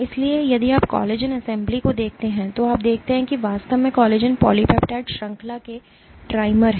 इसलिए यदि आप कोलेजन असेंबली को देखते हैं तो आप देखते हैं कि वास्तव में कोलेजन पॉलीपेप्टाइड श्रृंखला के ट्रिमर हैं